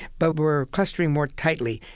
but we're clustering more tightly.